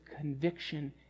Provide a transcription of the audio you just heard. conviction